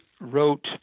wrote